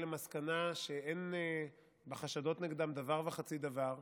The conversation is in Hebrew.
למסקנה שאין בחשדות נגדם דבר וחצי דבר.